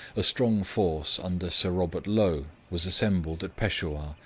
a strong force under sir robert low was assembled at peshawur,